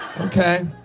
Okay